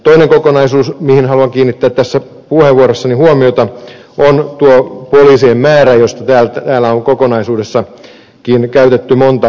toinen kokonaisuus mihin haluan kiinnittää tässä puheenvuorossani huomiota on poliisien määrä josta täällä on kokonaisuudessakin käytetty monta puheenvuoroa